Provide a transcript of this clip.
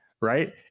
right